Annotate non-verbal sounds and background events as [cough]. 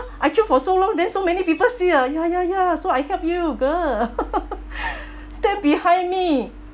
I queued for so long then so many people see ah ya ya ya so I help you girl [laughs] stand behind me